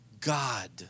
God